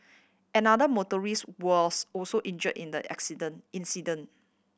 another was also injure in the accident incident